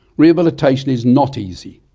rehabilitation is not easy.